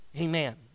amen